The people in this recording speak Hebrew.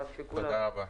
בהצלחה.